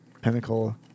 Pinnacle